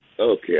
Okay